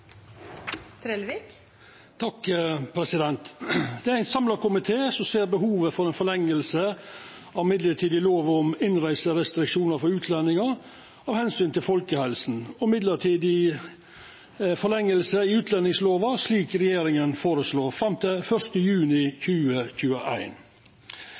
ser behovet for ei forlenging av midlertidig lov om innreiserestriksjonar for utlendingar av omsyn til folkehelsa og midlertidig forlenging av utlendingslova, slik regjeringa føreslår, fram til 1. juni